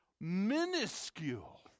minuscule